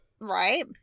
Right